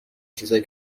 چیزای